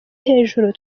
hejuru